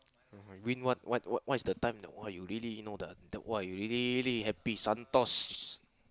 win what what what is the time that !wah! you really know the !wah! you really really happy Santos